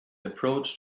approached